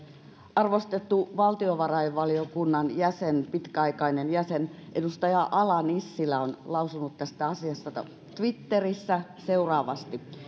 arvostettu valtiovarainvaliokunnan pitkäaikainen jäsen edustaja ala nissilä on lausunut tästä asiasta twitterissä seuraavasti